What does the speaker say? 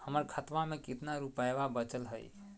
हमर खतवा मे कितना रूपयवा बचल हई?